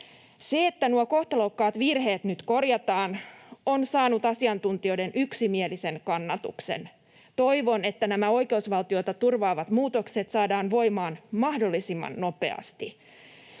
Se, että nuo kohtalokkaat virheet nyt korjataan, on saanut asiantuntijoiden yksimielisen kannatuksen. Toivon, että nämä oikeusvaltiota turvaavat muutokset saadaan voimaan mahdollisimman nopeasti.